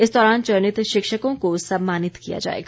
इस दौरान चयनित शिक्षकों को सम्मानित किया जाएगा